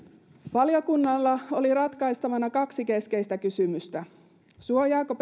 valiokunnalla oli ratkaistavana kaksi keskeistä kysymystä suojaako